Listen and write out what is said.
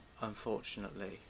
unfortunately